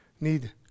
need